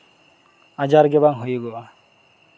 ᱟᱡᱟᱨ ᱜᱮᱵᱟᱝ ᱦᱩᱭᱩᱜᱚᱜᱼᱟ